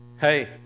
Hey